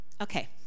Okay